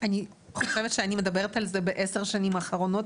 אני חושבת שאני מדברת על זה בעשר השנים האחרונות